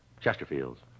Chesterfields